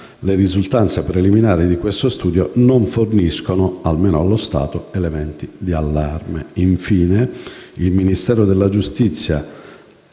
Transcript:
Le risultanze preliminari di questo studio non forniscono - almeno allo stato - elementi di allarme. Infine, il Ministero della giustizia